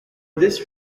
this